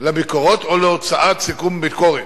לביקורות או להוצאת סיכום ביקורת.